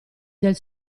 del